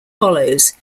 follows